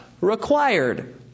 Required